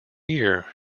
year